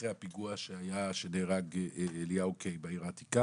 אחרי הפיגוע שנהרג אליהו קיי בעיר העתיקה